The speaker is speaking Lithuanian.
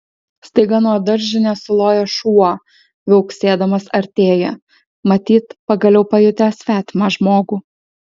staiga nuo daržinės suloja šuo viauksėdamas artėja matyt pagaliau pajutęs svetimą žmogų